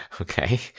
Okay